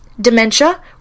dementia